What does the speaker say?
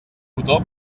botó